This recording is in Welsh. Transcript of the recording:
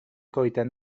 goeden